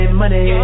money